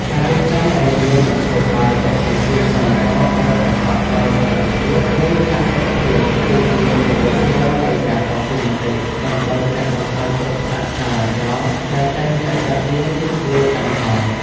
ការរៀបចំឱ្យមានមធ្យោបាយដឹកជញ្ជូនកម្មករដែលប្រកបដោយសុវត្ថិភាព និងផាសុកភាព គឺជាចំណុចស្នូលនៃការតស៊ូមតិ ដើម្បីកាត់បន្ថយគ្រោះថ្នាក់ចរាចរណ៍ដែលតែងតែកើតមានលើកម្មករ។